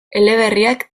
eleberriak